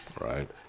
right